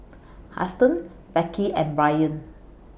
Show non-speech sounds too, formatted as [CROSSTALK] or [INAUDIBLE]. [NOISE] Huston Becky and Bryant